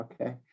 Okay